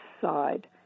side